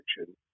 action